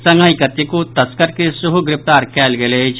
संगहि कतेको तस्कर के सेहो गिरफ्तार कयल गेल अछि